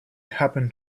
happen